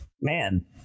man